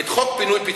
את חוק פינוי-פיצוי,